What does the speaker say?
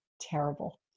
terrible